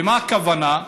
למה הכוונה?